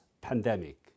pandemic